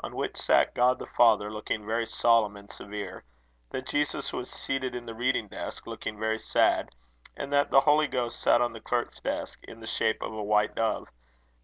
on which sat god the father, looking very solemn and severe that jesus was seated in the reading-desk, looking very sad and that the holy ghost sat on the clerk's desk, in the shape of a white dove